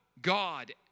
God